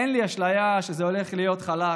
אין לי אשליה שזה הולך להיות חלק,